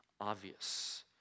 obvious